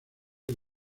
del